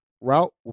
route